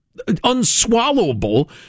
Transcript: unswallowable